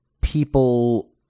people